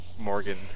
Morgan